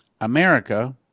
America